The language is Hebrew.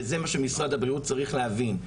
וזה מה שמשרד הבריאות צריך להבין.